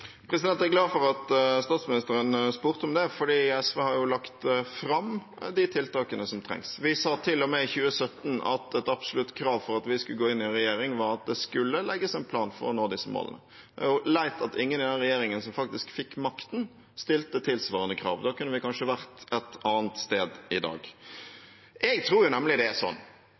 at statsministeren spurte om det, for SV har jo lagt fram de tiltakene som trengs. Vi sa til og med i 2017 at et absolutt krav for at vi skulle gå inn i regjering, var at det skulle legges en plan for å nå disse målene. Det er leit at ingen i den regjeringen som faktisk fikk makten, stilte tilsvarende krav. Da kunne vi kanskje vært et annet sted i dag. Jeg tror nemlig det er sånn